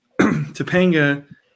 Topanga